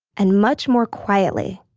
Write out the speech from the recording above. and much more quietly.